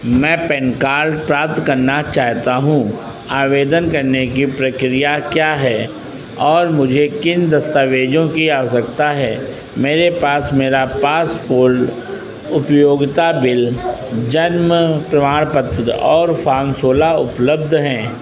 मैं PAN card प्राप्त करना चाहता हूँ आवेदन करने की प्रक्रियाएँ क्या हैं और मुझे किन दस्तावेज़ों की आवश्यकता है मेरे पास मेरा पासपोल्ड उपयोगिता बिल जन्म प्रमाण पत्र और फ़ॉर्म सोलह उपलब्ध है